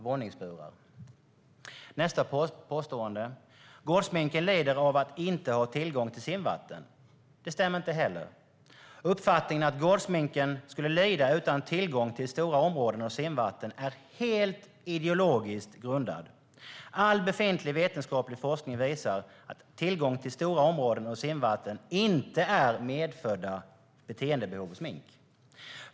Vidare påstår Jens Holm att gårdsminken lider av att inte ha tillgång till simvatten. Det stämmer inte heller. Uppfattningen att gårdsminken skulle lida utan tillgång till stora områden och simvatten är helt ideologiskt grundad. All befintlig vetenskaplig forskning visar att tillgång till stora områden och simvatten inte är medfödda beteendebehov hos mink.